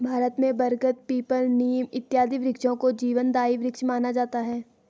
भारत में बरगद पीपल नीम इत्यादि वृक्षों को जीवनदायी वृक्ष माना जाता है